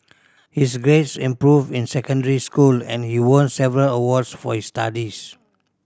his grades improved in secondary school and he won several awards for his studies